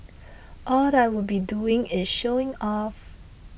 what I would be doing is showing off